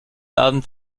abend